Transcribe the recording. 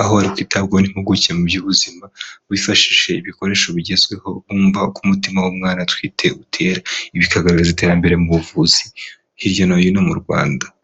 aho ari kwitabwaho n'impuguke mu by'ubuzima, wifashishije ibikoresho bigezweho wumva uko umutima w'umwana atwite utera, ibi bikagaragaza iterambere mu buvuzi hirya no hino mu Rwanda.